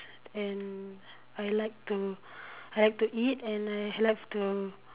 and I like to I like to eat and I like to